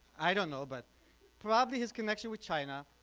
i don't know, but probably his connection with china,